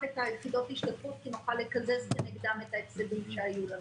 את יחידות ההשתתפות כי נוכל לקזז כנגדן את ההפסדים שהיו לנו.